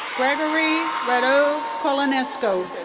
gregory radu colonescu.